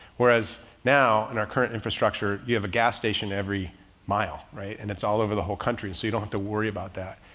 whereas now in our current infrastructure, you have a gas station every mile, right? and it's all over the whole country, so you don't have to worry about that.